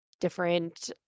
different